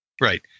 Right